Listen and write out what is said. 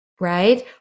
right